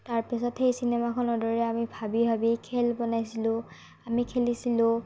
তাৰ পাছত সেই চিনেমাখনৰ দৰেই আমি ভাবি ভাবি খেল বনাইছিলো আমি খেলিছিলো